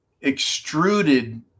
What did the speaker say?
extruded